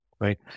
right